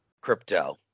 Crypto